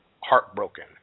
heartbroken